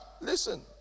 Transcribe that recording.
listen